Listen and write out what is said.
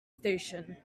station